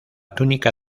túnica